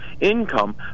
income